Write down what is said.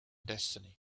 destiny